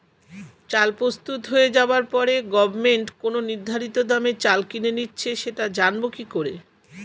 চাল প্রস্তুত হয়ে যাবার পরে গভমেন্ট কোন নির্ধারিত দামে চাল কিনে নিচ্ছে সেটা জানবো কি করে?